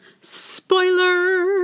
Spoiler